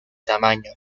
tamaño